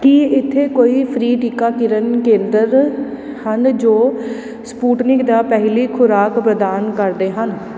ਕੀ ਇੱਥੇ ਕੋਈ ਫ੍ਰੀ ਟੀਕਾਕਰਨ ਕੇਂਦਰ ਹਨ ਜੋ ਸਪੁਟਨਿਕ ਦਾ ਪਹਿਲੀ ਖੁਰਾਕ ਪ੍ਰਦਾਨ ਕਰਦੇ ਹਨ